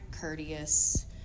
courteous